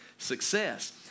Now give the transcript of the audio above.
success